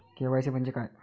KYC म्हंजे काय?